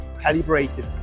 calibrated